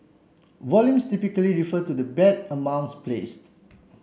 volumes typically refer to the bet amounts placed